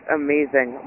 amazing